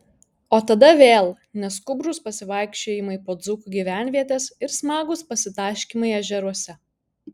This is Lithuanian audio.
o tada vėl neskubrūs pasivaikščiojimai po dzūkų gyvenvietes ir smagūs pasitaškymai ežeruose